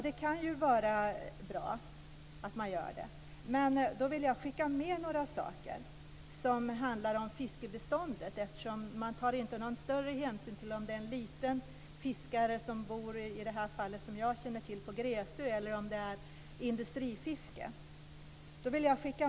Det kan ju vara bra att så sker, men jag vill skicka med några synpunkter som gäller fiskebeståndet. Man tar inte någon större hänsyn till om det, som i det fall som jag känner till från Gräsö, är fråga om en liten enskild fiskare eller om det gäller industrifiske.